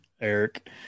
Eric